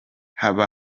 haba